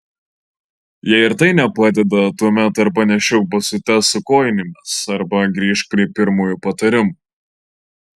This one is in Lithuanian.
jei ir tai nepadeda tuomet arba nešiok basutes su kojinėmis arba grįžk prie pirmojo patarimo